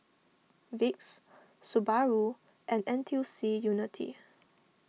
Vicks Subaru and N T U C Unity